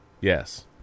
Yes